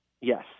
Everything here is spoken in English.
Yes